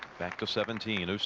back to seventeen and